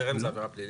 חרם זה עבירה פלילית?